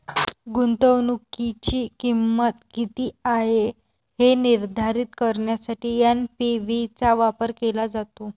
गुंतवणुकीची किंमत किती आहे हे निर्धारित करण्यासाठी एन.पी.वी चा वापर केला जातो